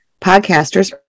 podcasters